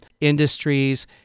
industries